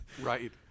Right